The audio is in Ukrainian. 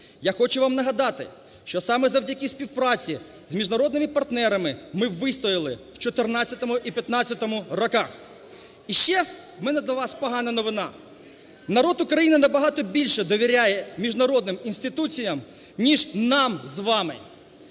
Я хочу вам нагадати, що саме завдяки співпраці з міжнародними партнерами ми вистояли в 14-му і 15-му роках. І ще у мене для вас погана новина. Народ України набагато більше довіряє міжнародним інституціям, ніж нам з вами.